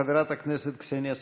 חברת הכנסת קסניה סבטלובה.